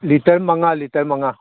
litre ꯃꯉꯥ litre ꯃꯉꯥ